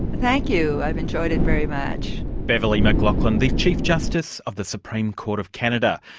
thank you, i've enjoyed it very much. beverley mclachlin, the chief justice of the supreme court of canada,